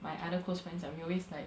my other close friends lah we always like